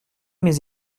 mes